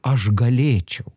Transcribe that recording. aš galėčiau